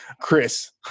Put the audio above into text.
Chris